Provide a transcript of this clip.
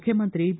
ಮುಖ್ಯಮಂತ್ರಿ ಬಿ